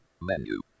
menu